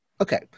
Okay